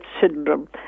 syndrome